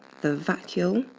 the vacuole,